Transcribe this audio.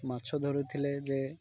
ମାଛ ଧରୁଥିଲେ ଯେ